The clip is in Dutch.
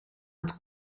het